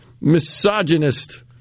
misogynist